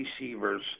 receivers